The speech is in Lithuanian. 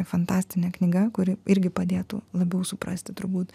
fantastinė knyga kuri irgi padėtų labiau suprasti turbūt